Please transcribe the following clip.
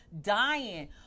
dying